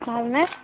ভালনে